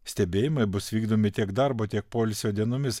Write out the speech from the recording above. stebėjimai bus vykdomi tiek darbo tiek poilsio dienomis